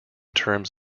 terms